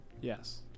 Yes